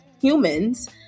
humans